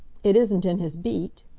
it isn't in his beat?